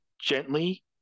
gently